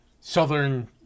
southern